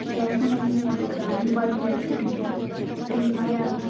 যখন আমি যা গ্রামের বাড়িতে যাই ছুটিতে সেখানে গিয়ে আমি